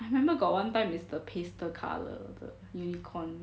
I remember got one time is the pastel colour the unicorn